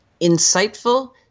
insightful